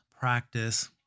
practice